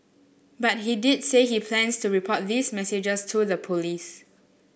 but he did say he plans to report these messages to the police